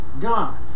God